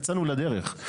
יצאנו לדרך,